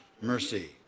mercy